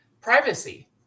privacy